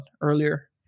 earlier